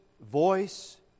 voice